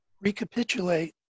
recapitulate